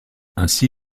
ainsi